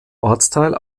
ortsteil